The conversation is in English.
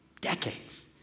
decades